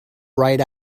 right